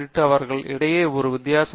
அவர்களுக்கு இடையே ஒரு வித்தியாசம் என்ன